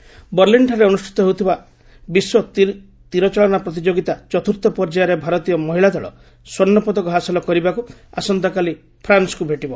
archery ବର୍ଲିନ୍ଠରେ ଅନୁଷ୍ଠିତ ହେଉଥିବା ଥିବା ବିଶ୍ୱ ତୀରଚାଳନା ପ୍ରତିଯୋଗିତା ଚତ୍ର୍ଥ ପର୍ଯ୍ୟାୟ ଭାରତୀୟ ମହିଳା ଦଳ ସ୍ୱର୍ଷପଦକ ହାସଲ କରିବାକୁ ଆସନ୍ତାକାଲି ଫ୍ରାନ୍ସକୁ ଭେଟିବ